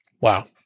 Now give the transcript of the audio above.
Wow